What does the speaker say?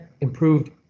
improved